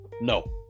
No